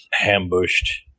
Ambushed